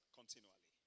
continually